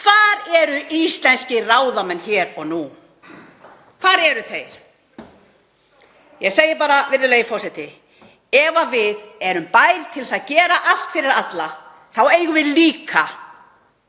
Hvar eru íslenskir ráðamenn hér og nú? Hvar eru þeir? Virðulegi forseti. Ef við erum bær til að gera allt fyrir alla þá eigum við líka